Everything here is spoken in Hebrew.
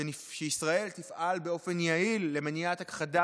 שישראל תפעל באופן יעיל למניעת הכחדת